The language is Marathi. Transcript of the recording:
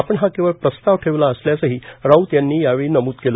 आपण हा केवळ प्रस्ताव ठेवला असल्याचंही राऊत यांनी यावेळी नम्द केलं